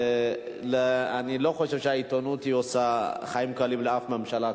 אני לא חושב שהעיתונות עושה חיים קלים לאף ממשלה,